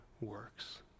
works